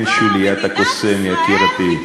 כן, שוליית הקוסם, יקירתי.